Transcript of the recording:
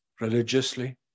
religiously